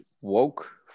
woke